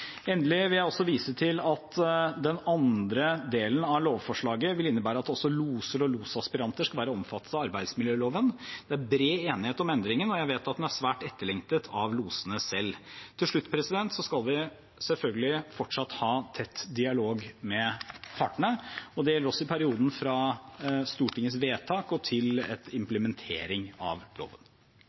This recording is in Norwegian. vil også vise til at den andre delen av lovforslaget endelig vil innebære at også loser og losaspiranter skal være omfattet av arbeidsmiljøloven. Det er bred enighet om endringen, og jeg vet at den er svært etterlengtet av losene selv. Til slutt skal vi selvfølgelig fortsatt ha tett dialog med partene. Det gjelder også i perioden fra Stortingets vedtak og til implementering av loven.